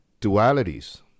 Dualities